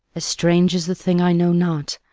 as strange as the thing i know not.